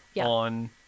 on